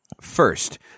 First